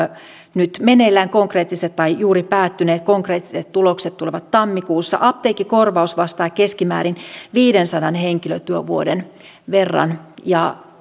nyt meneillään tai juuri päättyneet konkreettiset tulokset tulevat tammikuussa apteekkikorvaus on keskimäärin viidensadan henkilötyövuoden verran ja